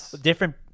different